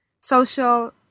social